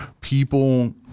people